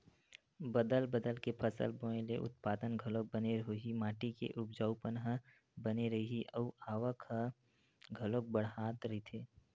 बदल बदल के फसल बोए ले उत्पादन घलोक बने होही, माटी के उपजऊपन ह बने रइही अउ आवक ह घलोक बड़ाथ रहीथे